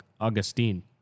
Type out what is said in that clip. Augustine